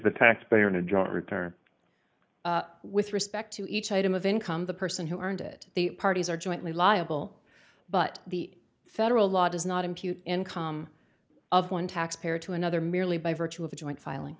the taxpayer in a drought return with respect to each item of income the person who earned it the parties are jointly liable but the federal law does not impute income of one taxpayer to another merely by virtue of the joint filing